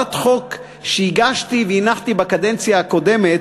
שהצעת חוק שהגשתי והנחתי בקדנציה הקודמת,